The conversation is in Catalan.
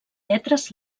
lletres